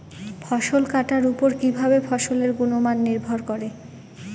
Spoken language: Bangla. ফসল কাটার উপর কিভাবে ফসলের গুণমান নির্ভর করে?